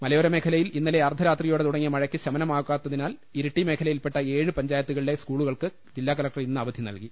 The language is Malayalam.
മലയോരമേഖലയിൽ ഇന്നലെ അർധരാത്രിയോടെ തുട ങ്ങിയ മഴയ്ക്ക് ശമനമാകാത്തതിനാൽ ഇരിട്ടി മേഖലയിൽപ്പെട്ട ഏഴ് പഞ്ചായത്തുകളിലെ സ്കൂളുകൾക്ക് ജില്ലാകലക്ടർ ഇന്ന് അവധി നൽകി